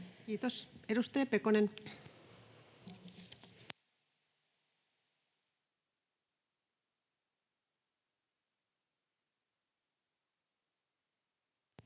Kiitos. — Edustaja Pekonen.